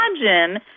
Imagine